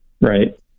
Right